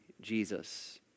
Jesus